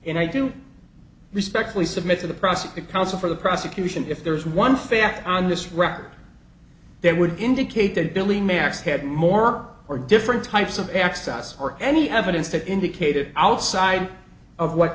and i do respectfully submit to the prosecute counsel for the prosecution if there is one fact on this record they would indicate that billie may ask had more or different types of access or any evidence that indicated outside of what